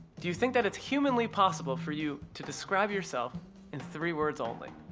do you think that it's humanly possible for you to describe yourself in three words only?